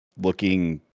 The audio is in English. Looking